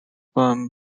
one